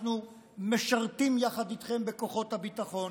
אנחנו משרתים יחד איתכם בכוחות הביטחון,